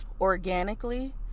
organically